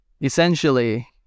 essentially